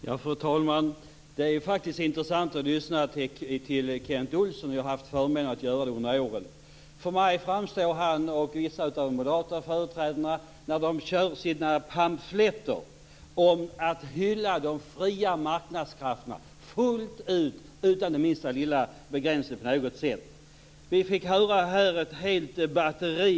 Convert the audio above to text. Fru talman! Det är faktiskt intressant att lyssna till Kent Olsson. Jag har haft förmånen att få göra det under åren. Han och vissa av de moderata företrädarna kör sina pamfletter om att hylla de fria marknadskrafterna fullt ut utan minsta lilla begränsning. Vi fick höra ett helt batteri.